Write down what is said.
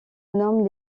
nomment